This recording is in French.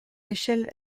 échelle